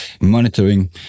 monitoring